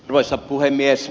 arvoisa puhemies